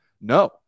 no